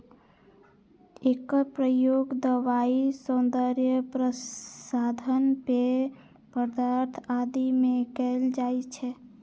एकर प्रयोग दवाइ, सौंदर्य प्रसाधन, पेय पदार्थ आदि मे कैल जाइ छै